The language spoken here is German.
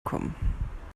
kommen